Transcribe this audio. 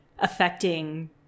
affecting